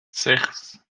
sechs